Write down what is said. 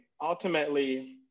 ultimately